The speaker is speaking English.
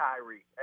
Kyrie